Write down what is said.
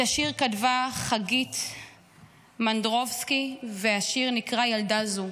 את השיר כתבה חגית מנדרובסקי והשיר נקרא "ילדה זו".